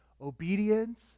Obedience